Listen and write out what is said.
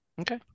Okay